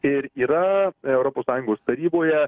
ir yra europos sąjungos taryboje